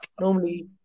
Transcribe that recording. normally